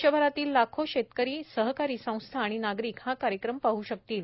देशभरातील लाखो शेतकरी सहकारी संस्था आणि नागरिक हा कार्यक्रम पाह शकतील